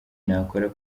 nakora